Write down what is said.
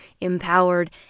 empowered